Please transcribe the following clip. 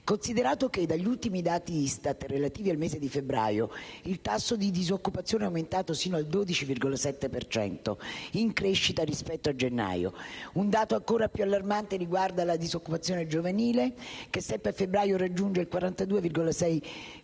Considerato che dagli ultimi dati ISTAT, relativi al mese di febbraio, il tasso di disoccupazione è aumentato fino al 12,7 per cento, in crescita rispetto a gennaio; che un dato ancora più allarmante riguarda la disoccupazione giovanile, che sempre a febbraio raggiunge il 42,6